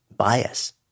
Bias